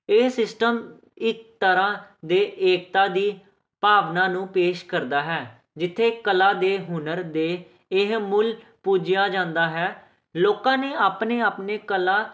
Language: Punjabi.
ਇਹ ਸਿਸਟਮ ਇੱਕ ਤਰ੍ਹਾਂ ਦੇ ਏਕਤਾ ਦੀ ਭਾਵਨਾ ਨੂੰ ਪੇਸ਼ ਕਰਦਾ ਹੈ ਜਿੱਥੇ ਕਲਾ ਦੇ ਹੁਨਰ ਦੇ ਇਹ ਮੁੱਲ ਪੂਜਿਆ ਜਾਂਦਾ ਹੈ ਲੋਕਾਂ ਨੇ ਆਪਣੇ ਆਪਣੇ ਕਲਾ